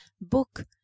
book